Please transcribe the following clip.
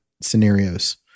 scenarios